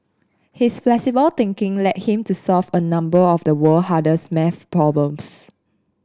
his flexible thinking led him to solve a number of the world hardest maths problems